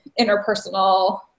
interpersonal